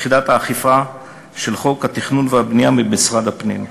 האכיפה של חוק התכנון והבנייה במשרד הפנים.